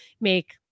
make